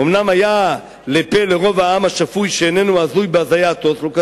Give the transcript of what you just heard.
שאומנם היה לפה לרוב העם השפוי שאיננו הזוי בהזיית אוסלו.